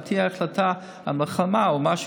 אם תהיה החלטה על מלחמה או משהו,